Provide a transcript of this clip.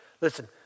Listen